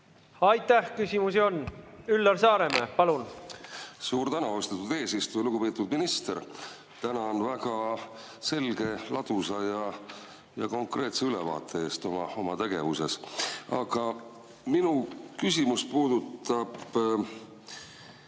Aitäh! Küsimusi on. Üllar Saaremäe, palun! Suur tänu, austatud eesistuja! Lugupeetud minister! Tänan väga selge, ladusa ja konkreetse ülevaate eest oma tegevuse kohta. Minu küsimus puudutab